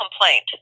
complaint